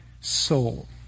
soul